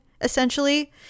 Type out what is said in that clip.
essentially